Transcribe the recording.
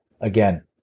again